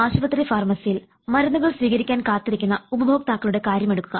ഒരു ആശുപത്രി ഫാർമസിയിൽ മരുന്നുകൾ സ്വീകരിക്കാൻ കാത്തിരിക്കുന്ന ഉപഭോക്താക്കളുടെ കാര്യമെടുക്കുക